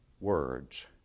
words